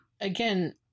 Again